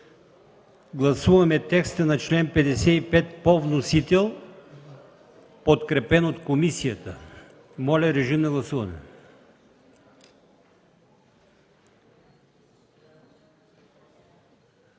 гласуваме текста на чл. 50 по вносител, подкрепен от комисията. Моля, режим на гласуване.